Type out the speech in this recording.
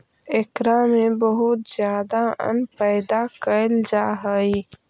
एकरा में बहुत ज्यादा अन्न पैदा कैल जा हइ